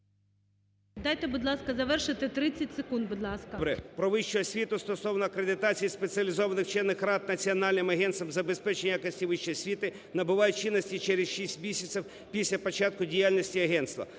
Дайте, будь ласка, завершити. 30 секунд, будь ласка.